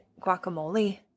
guacamole